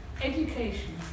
education